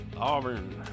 Auburn